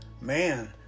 man